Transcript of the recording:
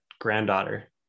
granddaughter